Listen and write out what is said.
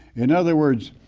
in other words,